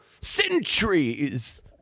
centuries